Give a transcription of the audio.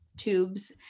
tubes